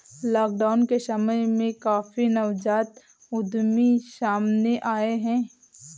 lockdown के समय में काफी नवजात उद्यमी सामने आए हैं